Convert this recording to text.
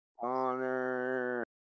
Connor